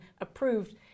approved